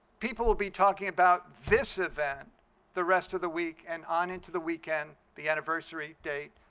people will be talking about this event the rest of the week and on into the weekend, the anniversary date,